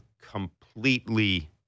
completely